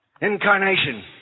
Incarnation